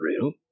real